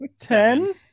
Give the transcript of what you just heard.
ten